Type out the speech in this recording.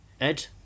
Ed